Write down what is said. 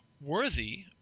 worthy